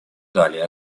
далее